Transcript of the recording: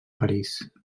parís